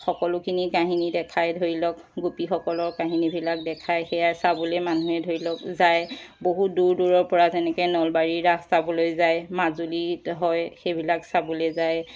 সকলোখিনি কাহিনী দেখায় ধৰি লওক গোপীসকলৰ কাহিনীবিলাক দেখায় সেয়া চাবলৈ মানুহে ধৰি লওক যায় বহু দূৰ দূৰৰ পৰা তেনেকৈ নলবাৰীৰ ৰাস চাবলৈ যায় মাজুলিত হয় সেইবিলাক চাবলৈ যায়